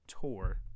tour